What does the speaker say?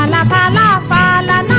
um la la la